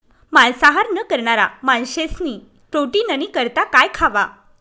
मांसाहार न करणारा माणशेस्नी प्रोटीननी करता काय खावा